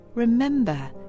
Remember